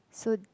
so